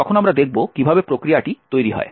তখন আমরা দেখব কিভাবে প্রক্রিয়াটি তৈরি হয়